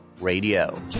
Radio